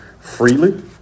freely